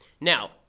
Now